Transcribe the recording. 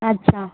अच्छा